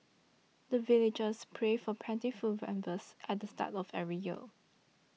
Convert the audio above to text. the villagers pray for plentiful at the start of every year